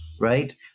right